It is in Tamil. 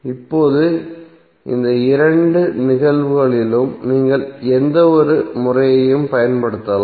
இப்போது இந்த இரண்டு நிகழ்வுகளிலும் நீங்கள் எந்தவொரு முறையையும் பயன்படுத்தலாம்